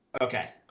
Okay